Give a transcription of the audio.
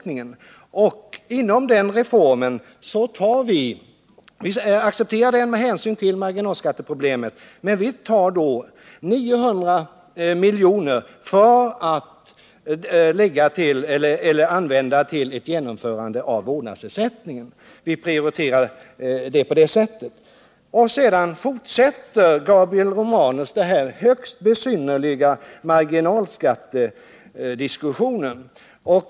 Vi accepterar den reformen med hänsyn till marginalskatteproblemet, men vill använda 900 miljoner till ett genomförande av vårdnadsersättningen. Vi prioriterar på det sättet. Sedan fortsätter Gabriel Romanus den här högst besynnerliga marginal skattediskussionen.